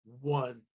one